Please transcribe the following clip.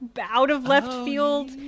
out-of-left-field